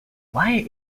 why